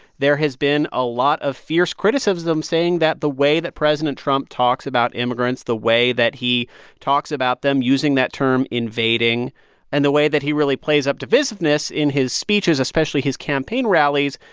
there has been a lot of fierce criticism saying that the way that president trump talks about immigrants, the way that he talks about them using that term invading and the way that he really plays up divisiveness in his speeches, especially his campaign rallies,